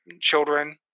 children